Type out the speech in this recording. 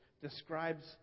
describes